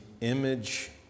image